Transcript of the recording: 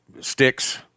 sticks